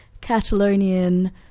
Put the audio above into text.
Catalonian